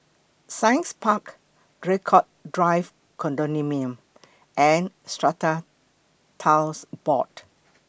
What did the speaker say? Science Park Draycott Drive Condominium and Strata Titles Board